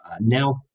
now